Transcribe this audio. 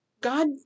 God